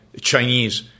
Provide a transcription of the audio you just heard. Chinese